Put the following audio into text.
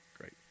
great